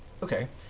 okay.